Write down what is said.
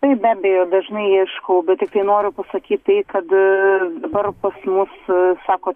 taip be abejo dažnai ieškau bet tiktai noriu pasakyt tai kad dabar pas mus sakot